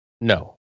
No